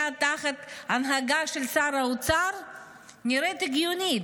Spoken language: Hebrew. תחת ההנהגה של שר האוצר נראית הגיונית.